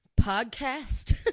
Podcast